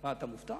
אתה מופתע?